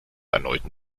erneuten